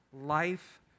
life